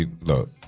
look